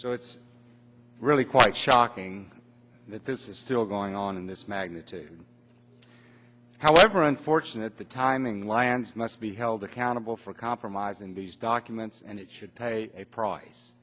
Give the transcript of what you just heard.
so it's really quite shocking that this is still going on in this magnitude however unfortunate the timing lands must be held accountable compromise in these documents and it should pay a price